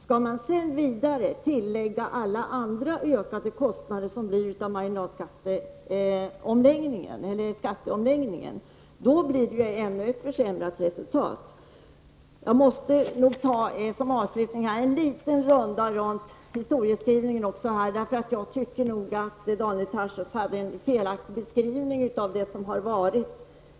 Skall man sedan lägga till alla andra ökade kostnader som blir följden av skatteomläggningen blir resultatet ännu sämre. Som avslutning måste jag nog ta en liten runda kring historiebeskrivningen. Jag tycker att Daniel Tarschys gjorde en felaktig beskrivning av det som har varit.